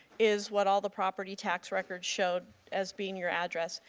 is what all the property tax records showed as being your address.